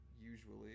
Usually